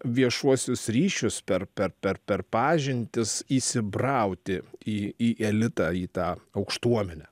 viešuosius ryšius per per per per pažintis įsibrauti į į elitą į tą aukštuomenę